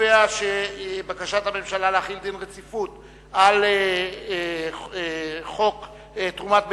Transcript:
רצונה להחיל דין רציפות על הצעת חוק תרומת ביציות,